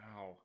wow